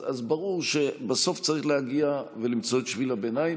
אז ברור שבסוף צריך להגיע ולמצוא את שביל הביניים.